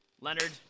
Leonard